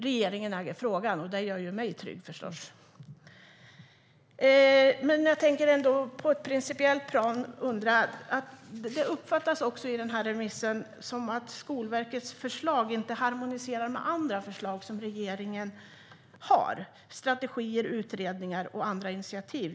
Regeringen äger frågan, och det gör mig trygg förstås. Men det uppfattas i remissvaren som att Skolverkets förslag inte harmoniserar med andra förslag som regeringen har, med strategier, utredningar och andra initiativ.